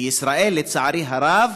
בישראל, לצערי הרב,